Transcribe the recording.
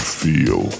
feel